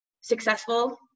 successful